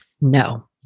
No